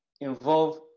involve